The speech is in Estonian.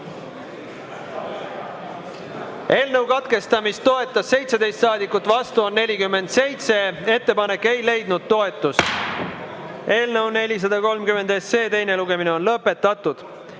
Eelnõu katkestamist toetas 17 saadikut, vastu oli 47. Ettepanek ei leidnud toetust. Eelnõu 430 teine lugemine on lõpetatud.